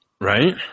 Right